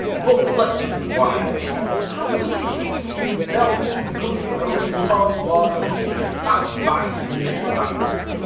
but let's just rewind a little, how does a kind in belgium come to own a large large country smack bang in the middle of africa?